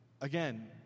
again